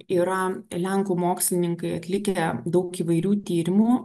yra lenkų mokslininkai atlikę daug įvairių tyrimų